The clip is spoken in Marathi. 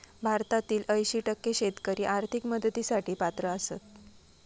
भारतातील ऐंशी टक्के शेतकरी आर्थिक मदतीसाठी पात्र आसत